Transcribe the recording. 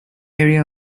area